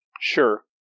sure